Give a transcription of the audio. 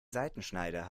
seitenschneider